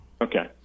Okay